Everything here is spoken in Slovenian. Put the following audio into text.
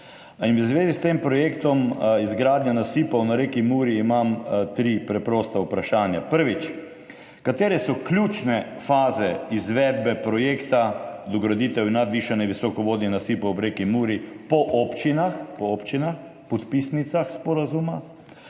V zvezi s projektom izgradnje nasipov na reki Muri imam tri preprosta vprašanja: Katere so ključne faze izvedbe projekta dograditev in nadvišanje visokovodnih nasipov ob reki Muri po občinah podpisnicah sporazuma?